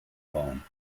bauen